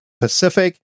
Pacific